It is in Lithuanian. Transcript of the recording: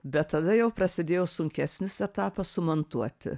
bet tada jau prasidėjo sunkesnis etapas sumontuoti